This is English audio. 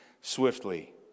swiftly